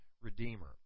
redeemer